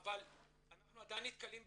אנחנו עדיין נתקלים בבעיה,